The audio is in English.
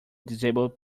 disabled